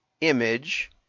image